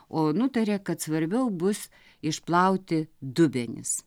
o nutarė kad svarbiau bus išplauti dubenis